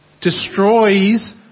destroys